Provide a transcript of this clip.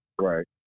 Right